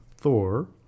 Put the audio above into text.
Thor